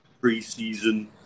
preseason